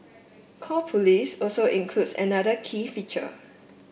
call police also includes another key feature